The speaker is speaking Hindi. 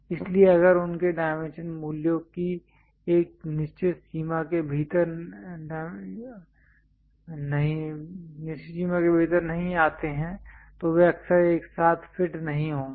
इसलिए अगर उनके डायमेंशन मूल्यों की एक निश्चित सीमा के भीतर नहीं आते हैं तो वे अक्सर एक साथ फिट नहीं होंगे